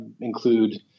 include